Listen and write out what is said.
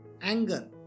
anger